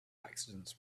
accidents